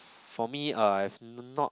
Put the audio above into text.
for me I've not